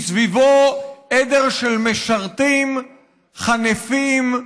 מסביבו עדר של משרתים חנפים,